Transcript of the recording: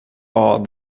all